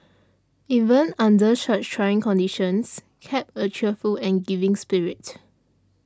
even under such trying conditions kept a cheerful and giving spirit